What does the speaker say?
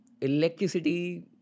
electricity